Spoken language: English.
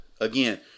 again